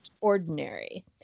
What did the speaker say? ordinary